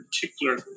particular